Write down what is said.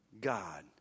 God